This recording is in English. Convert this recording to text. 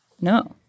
No